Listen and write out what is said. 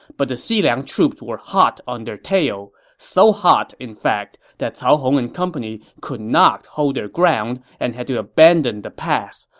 but the xiliang troops were hot on their tail, so hot, in fact, that cao hong and company could not hold their ground and had to abandon the pass.